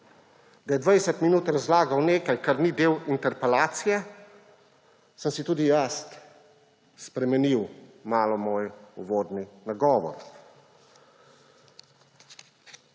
da je 20 minut razlagal nekaj, kar ni del interpelacije, sem si tudi jaz spremenil malo svoj uvodni nagovor.